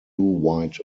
white